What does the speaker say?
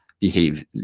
behave